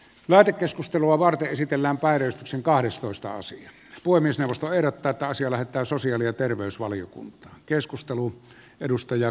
lähetekeskustelua varten esitellään päivystyksen kahdestoistaosan voi myös nostaa erottaa taisi lähettää sosiaali ja sopimus tulee ratifioiduksi